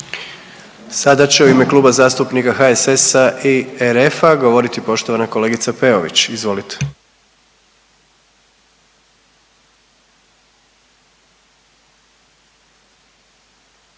sad će u ime Kluba zastupnika HSS-a i RF-a govoriti poštovana zastupnica Katarina Peović. Izvolite.